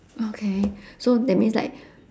okay so that means like